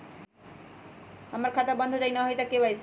हमर खाता बंद होजाई न हुई त के.वाई.सी?